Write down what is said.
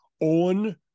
on